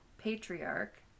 patriarch